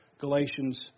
Galatians